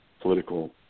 political